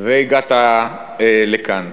והגעת לכאן.